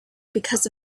because